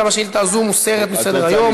גם השאילתה הזאת מוסרת מסדר-היום.